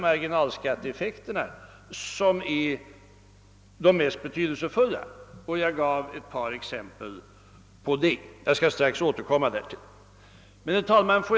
marginalskatteeffekterna de mest betydelsefulla; jag gav ett par exempel på det, och. jag skall strax återkomma därtill.